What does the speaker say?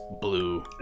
Blue